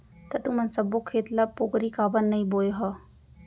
त तुमन सब्बो खेत ल पोगरी काबर नइ बोंए ह?